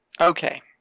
Okay